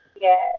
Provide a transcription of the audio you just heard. Yes